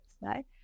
right